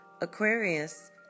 Aquarius